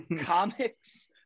comics